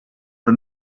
for